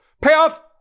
payoff